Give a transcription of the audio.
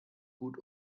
gut